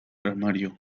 armario